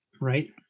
Right